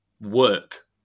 work